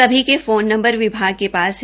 सभी के phone number विभाग के पास हैं